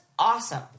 Awesome